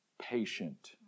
patient